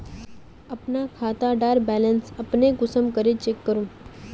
अपना खाता डार बैलेंस अपने कुंसम करे चेक करूम?